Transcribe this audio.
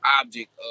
object